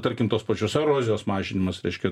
tarkim tos pačios erozijos mažinimas reiškia